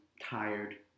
tired